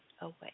away